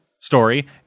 story